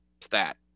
stat